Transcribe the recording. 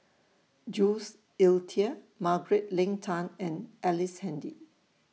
Jules Itier Margaret Leng Tan and Ellice Handy